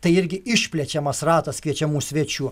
tai irgi išplečiamas ratas kviečiamų svečių